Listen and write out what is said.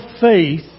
faith